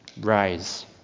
Rise